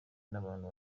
n’abantu